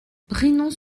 brienon